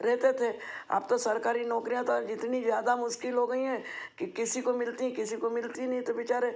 रहते थे अब तो सरकारी नौकरियाँ तो इतनी ज़्यादा मुश्किल हो गई हैं कि किसी को मिलती हैं किसी को मिलती ही नहीं है तो बेचारे